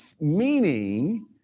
meaning